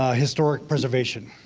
ah historic preservation.